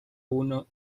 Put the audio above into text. uno